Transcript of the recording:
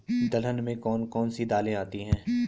दलहन में कौन कौन सी दालें आती हैं?